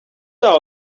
our